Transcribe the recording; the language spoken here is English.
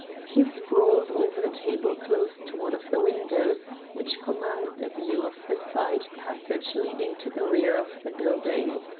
he sprawled over the table close to one of the windows which commanded a view of the side passage leading to the rear of the building.